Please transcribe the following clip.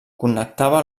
connectava